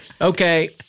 Okay